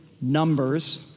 Numbers